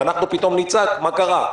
ואנחנו פתאום נצעק - מה קרה?